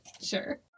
Sure